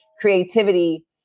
creativity